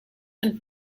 and